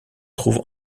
trouve